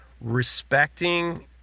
respecting